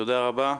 תודה רבה.